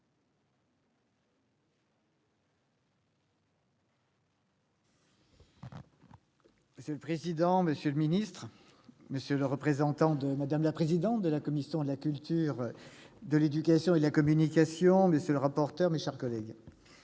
Monsieur le président, monsieur le ministre, monsieur le vice-président de la commission de la culture, de l'éducation et de la communication, monsieur le rapporteur, mes chers collègues,